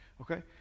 Okay